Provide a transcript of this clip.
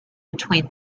between